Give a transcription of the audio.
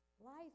Life